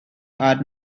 are